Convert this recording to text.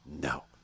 No